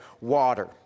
water